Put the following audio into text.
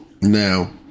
now